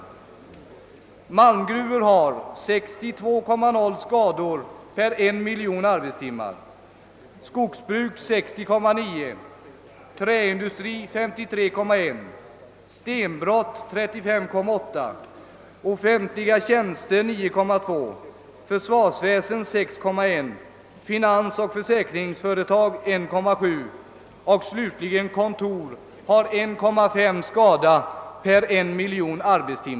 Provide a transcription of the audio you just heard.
Per en miljon arbetstimmar har malmgruvor 62,0 skador, skogsbruk 60,9, träindustri 53,1, stenbrott 35,8, offentliga tjänster 9,2, försvarsväsen 6,1, finansoch försäkringsföretag 1,7 och kontor slutligen 1,5 skador.